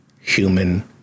human